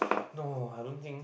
no I don't think